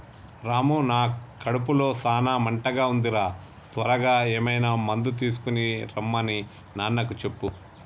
రాము నా కడుపులో సాన మంటగా ఉంది రా త్వరగా ఏమైనా మందు తీసుకొనిరమన్ని నాన్నకు చెప్పు